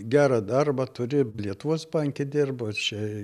gerą darbą turi lietuvos banke dirbo čia